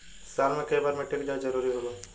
साल में केय बार मिट्टी के जाँच जरूरी होला?